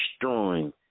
destroying